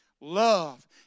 love